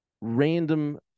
random